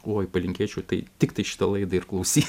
oi palinkėčiau tai tiktai šitą laidą ir klausyt